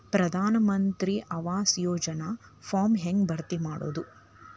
ಪ್ರಧಾನ ಮಂತ್ರಿ ಆವಾಸ್ ಯೋಜನಿ ಫಾರ್ಮ್ ಹೆಂಗ್ ಭರ್ತಿ ಮಾಡೋದು?